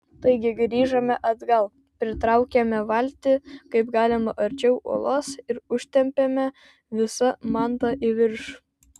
taigi grįžome atgal pritraukėme valtį kaip galima arčiau uolos ir užtempėme visą mantą į viršų